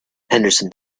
henderson